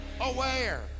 aware